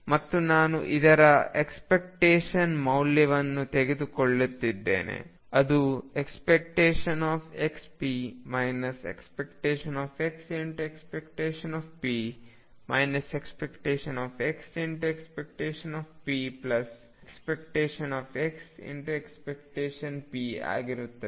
ಮತ್ತು ನಾನು ಇದರ ಎಕ್ಸ್ಪೆಕ್ಟೇಶನ್ ಮೌಲ್ಯವನ್ನು ತೆಗೆದುಕೊಳ್ಳುತ್ತಿದ್ದೇನೆ ಅದು ⟨xp⟩ ⟨x⟩⟨p⟩ ⟨x⟩⟨p⟩⟨x⟩⟨p⟩ಆಗಿರುತ್ತದೆ